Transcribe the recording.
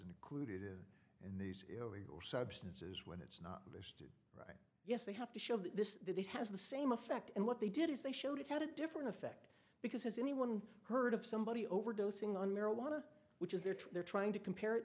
included in these illegal substances when it's not just yes they have to show that it has the same effect and what they did is they showed how to different effect because has anyone heard of somebody overdosing on marijuana which is there to they're trying to compare it